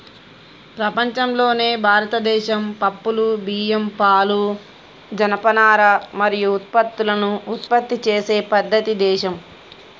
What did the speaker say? ప్రపంచంలోనే భారతదేశం పప్పులు, బియ్యం, పాలు, జనపనార మరియు పత్తులను ఉత్పత్తి చేసే అతిపెద్ద దేశం